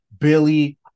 Billy